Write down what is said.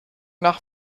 nach